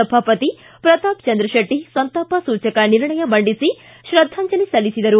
ಸಭಾಪತಿ ಪ್ರತಾಪ್ಚಂದ್ರ ಶೆಟ್ಟಿ ಸಂತಾಪ ಸೂಚಕ ನಿರ್ಣಯ ಮಂಡಿಸಿ ಶ್ರದ್ದಾಂಜಲಿ ಸಲ್ಲಿಸಿದರು